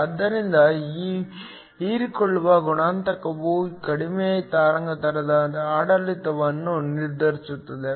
ಆದ್ದರಿಂದ ಈ ಹೀರಿಕೊಳ್ಳುವ ಗುಣಾಂಕವು ಕಡಿಮೆ ತರಂಗಾಂತರದ ಆಡಳಿತವನ್ನು ನಿರ್ಧರಿಸುತ್ತದೆ